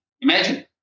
imagine